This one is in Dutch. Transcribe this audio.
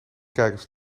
kijkers